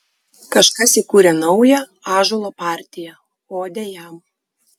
kažkas įkūrė naują ąžuolo partiją odę jam